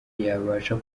yabasha